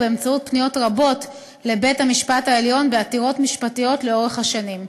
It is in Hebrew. באמצעות פניות רבות לבית-המשפט העליון בעתירות משפטיות לאורך השנים.